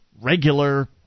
regular